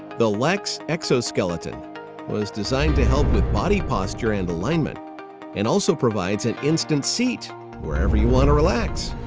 the lex exoskeleton was designed to help with body posture and alignment and also provides an instant seat wherever you want to relax.